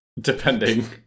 Depending